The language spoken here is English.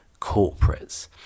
corporates